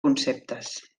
conceptes